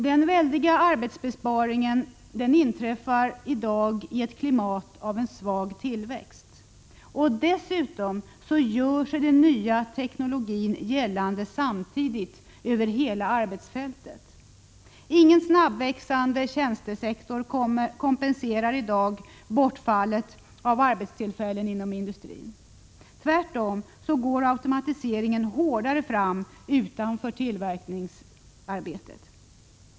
Den väldiga arbetsbesparingen inträffar i ett klimat av svag tillväxt. Dessutom gör sig den nya teknologin gällande samtidigt över hela arbetsfältet. Ingen snabbväxande tjänstesektor kompenserar i dag bortfallet av arbetstillfällen inom industrin. Automatiseringen går tvärtom hårdare fram utanför tillverkningsarbetet.